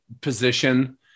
position